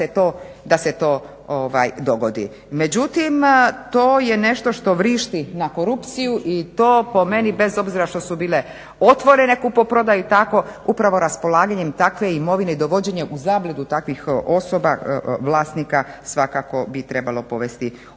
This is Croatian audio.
da se to dogodi. Međutim, to je nešto što vrišti na korupciju i to po meni bez obzira što su bile otvorene kupoprodaju tako upravo raspolaganjem takve imovine i dovođenje u zabludu takvih osoba, vlasnika svakako bi trebalo povesti